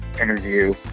interview